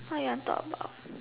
what you want talk about